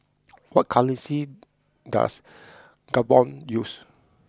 what currency does Gabon use